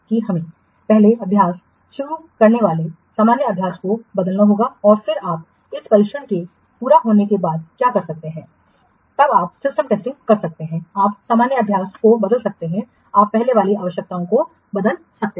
कि हमें पहले अभ्यास शुरू करने वाले सामान्य अभ्यास को बदलना होगा और फिर आप इस प्रशिक्षण के पूरा होने के बाद क्या कर सकते हैं तब आप सिस्टम टेस्टिंग कर सकते हैं आप सामान्य अभ्यास को बदल सकते हैं आप पहले वाली आवश्यकताओं को बदल सकते हैं